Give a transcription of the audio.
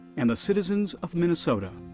and the citizens of minnesota.